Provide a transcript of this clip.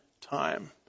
time